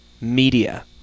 media